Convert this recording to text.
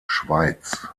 schweiz